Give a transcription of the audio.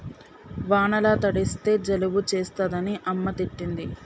వానల తడిస్తే జలుబు చేస్తదని అమ్మ తిట్టింది